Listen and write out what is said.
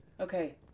Okay